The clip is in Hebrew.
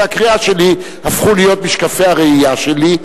הקריאה שלי הפכו להיות משקפי הראייה שלי,